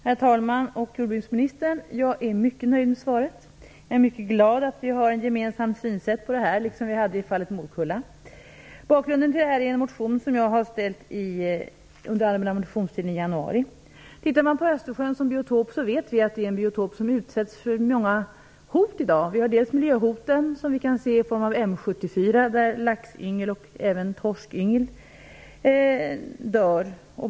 Herr talman! Jordbruksministern! Jag är mycket nöjd med svaret. Jag är mycket glad att vi har ett gemensamt synsätt i denna fråga, liksom vi hade i fallet morkulla. Bakgrunden till interpellationen är en motion som jag väckte under den allmänna motionstiden i januari. Vi kan titta på Östersjön som biotop, och vi vet att det är en biotop som i dag utsätts för många hot. Det är miljöhoten, som vi kan se i form av M 74, där laxyngel och även torskyngel dör.